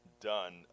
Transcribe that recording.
done